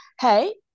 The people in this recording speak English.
hey